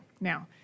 Now